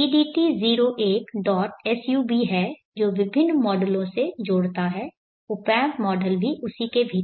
edt01sub है जो विभिन्न मॉडलों से जोड़ता है ऑप एम्प् मॉडल भी उसी के भीतर है